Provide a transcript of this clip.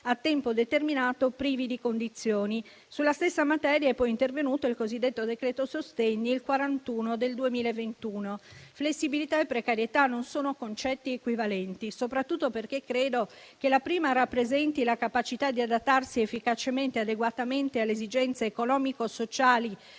a tempo determinato privi di condizioni. Sulla stessa materia è poi intervenuto il cosiddetto decreto sostegni, il decreto-legge n. 41 del 2021. Flessibilità e precarietà non sono concetti equivalenti, soprattutto perché credo che la prima rappresenti la capacità di adattarsi efficacemente e adeguatamente alle esigenze economico-sociali